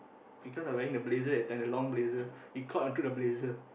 because I wearing the blazer that time the long blazer it caught onto the blazer